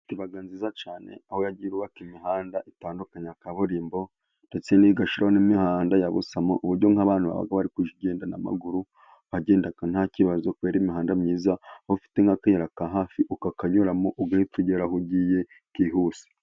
Leta iba nziza cyane, aho yagiye yubaka imihanda itandukanye ya kaburimbo, ndetse igashyiraho n'imihanda y'ubusamo ku buryo nk'abantu baba bari kugenda n'amaguru, bagenda nta kibazo, kubera imihanda myiza, waba ufite nk'akayira ka hafi ukakanyuramo ugahita ugera aho ugiye byihuse.